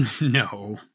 No